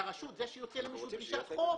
לרשות המקומית שהוציאה למישהו דרישת חוב,